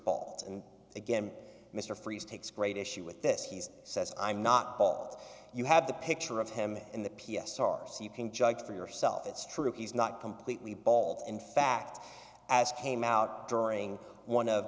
ball and again mr freeze takes great issue with this he's says i'm not bald you have the picture of him in the p s r so you can judge for yourself it's true he's not completely bald in fact as came out during one of